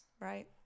Right